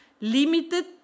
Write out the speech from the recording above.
limited